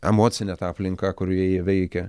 emocinė ta aplinka kurioje jie veikia